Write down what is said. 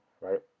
right